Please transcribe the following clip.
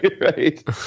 Right